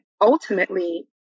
ultimately